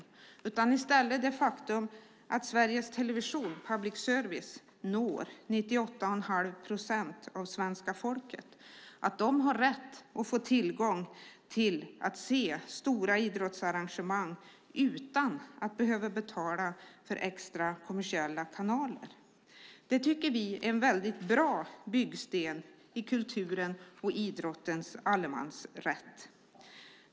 I stället handlar det om det faktum att Sveriges Television och public service når 98 1⁄2 procent av svenska folket och att dessa människor har rätt att få se stora idrottsarrangemang utan att betala för extra kommersiella kanaler. Det tycker vi är en mycket bra byggsten i kulturens och idrottens allemansrätt.